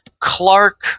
clark